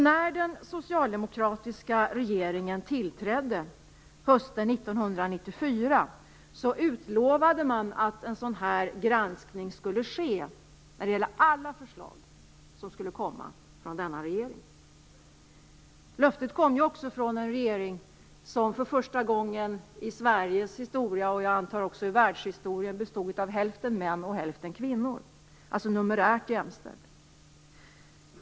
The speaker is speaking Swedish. När den socialdemokratiska regeringen tillträdde hösten 1994, utlovade man att en sådan här granskning skulle ske i alla förslag. Löftet kom ju också från en regering som för första gången i Sveriges historia, och också i världshistorien antar jag, bestod av hälften män och hälften kvinnor. Den var alltså numerärt jämställd.